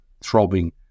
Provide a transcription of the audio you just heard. throbbing